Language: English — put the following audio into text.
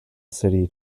city